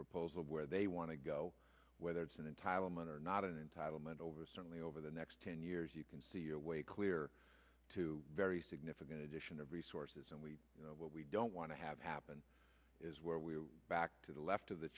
proposal where they want to go whether it's an entitlement or not an entitlement over certainly over the next ten years you can see your way clear to very significant addition of resources and we you know what we don't want to have happen is where we're back to the left of the